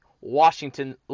Washington